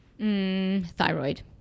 Thyroid